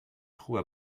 trouve